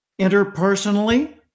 interpersonally